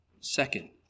second